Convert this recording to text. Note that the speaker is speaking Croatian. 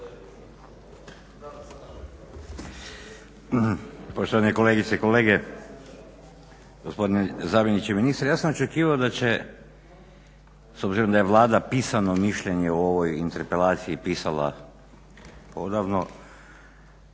Poštovane kolegice i kolege, gospodine zamjeniče ministra. Ja sam očekivao da će s obzirom da je Vlada pisano mišljenje o ovoj interpelaciji pisala odavno